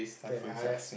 okay I